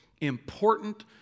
important